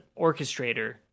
orchestrator